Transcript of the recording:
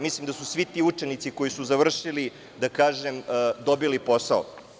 Mislim da su svi ti učenici koji su završili dobili posao.